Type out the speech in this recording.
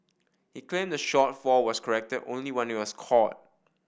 he claimed that the shortfall was corrected only when it was caught